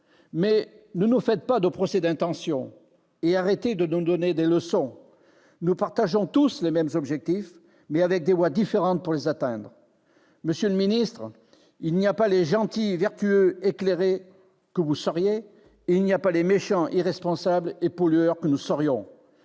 Mais ne nous faites pas de procès d'intention et arrêtez de nous donner des leçons : nous partageons tous les mêmes objectifs, mais nous envisageons des voies différentes pour les atteindre. Monsieur le ministre d'État, il n'y a pas, d'un côté, les gentils, vertueux et éclairés que vous seriez et, de l'autre, les méchants, irresponsables et pollueurs que nous serions.